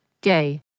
Gay